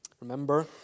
Remember